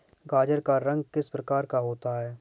गाजर का रंग किस प्रकार का होता है?